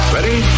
Ready